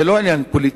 זה לא עניין פוליטי.